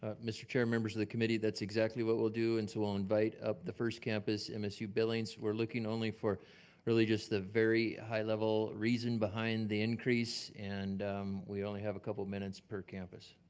ah mr. chair, members of the committee, that's exactly what we'll do and so we'll invite up the first campus, msu billings. we're looking only for really just the very high level reason behind the increase and we only have a couple of minutes per campus.